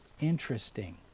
interesting